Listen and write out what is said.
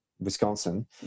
Wisconsin